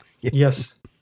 Yes